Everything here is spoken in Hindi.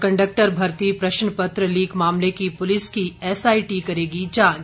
कंडक्टर भर्ती प्रश्न पत्र लीक मामले की पुलिस की एसआईटी करेगी जांच